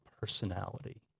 personality